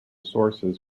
sources